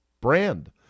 brand